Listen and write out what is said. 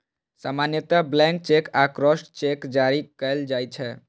सामान्यतः blank cheque आ crossed cheque जारी कैल जाइ छै